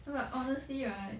no but honestly right